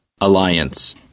Alliance